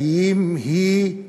האם היא,